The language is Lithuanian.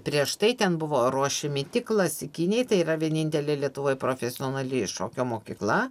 prieš tai ten buvo ruošiami tik klasikiniai tai yra vienintelė lietuvoj profesionali šokio mokykla